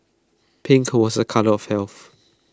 pink was A colour of health